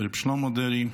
רבי שלמה דרעי,